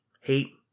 hate